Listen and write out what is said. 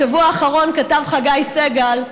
בשבוע האחרון כתב חגי סגל,